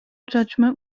judgment